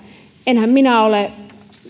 enhän minä ole